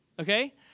okay